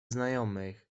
znajomych